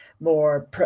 more